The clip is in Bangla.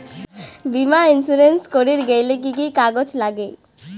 বীমা ইন্সুরেন্স করির গেইলে কি কি কাগজ নাগে?